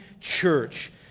church